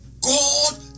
God